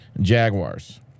Jaguars